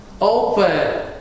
open